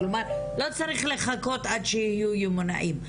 כלומר לא צריך לכות עד שיהיו יומנאים.